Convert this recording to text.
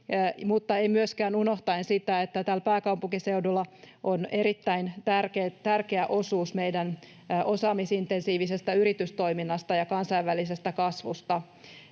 mutta ei myöskään unohdeta sitä, että tällä pääkaupunkiseudulla on erittäin tärkeä osuus meidän osaamisintensiivisestä yritystoiminnasta ja kansainvälisestä kasvusta.